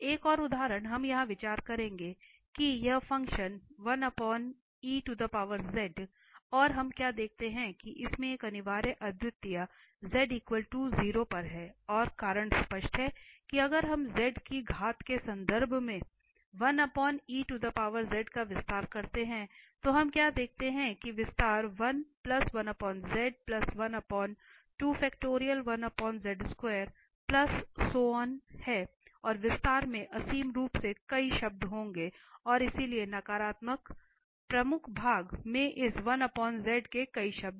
एक और उदाहरण हम यहां विचार करेंगे कि यह फ़ंक्शन और हम क्या देखते हैं कि इसमें एक अनिवार्य अद्वितीयता z 0 पर है और कारण स्पष्ट है कि अगर हम z की घात के संदर्भ में का विस्तार करते हैं तो हम क्या देखते हैं कि विस्तार है और विस्तार में असीम रूप से कई शब्द होंगे और इसलिए नकारात्मक प्रमुख भाग में इस के कई शब्द हैं